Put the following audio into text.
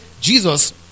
Jesus